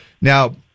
Now